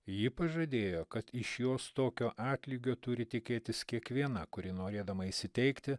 ji pažadėjo kad iš jos tokio atlygio turi tikėtis kiekviena kuri norėdama įsiteikti